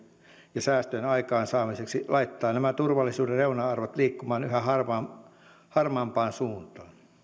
ja säästöjen aikaansaamiseksi laittaa nämä turvallisuuden reuna arvot liikkumaan yhä harmaampaan suuntaan